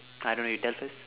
I don't know you tell first